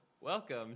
Welcome